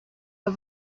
are